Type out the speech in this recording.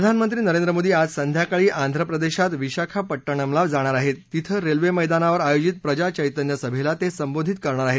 प्रधानमंत्री नरेंद्र मोदी आज संध्याकाळी आंध्रप्रदेशात विशाखापड्टणमला जाणार आहेत तिथं रेल्वेमैदानावर आयोजित प्रजा चैतन्य सभेला ते संबोधित करणार आहेत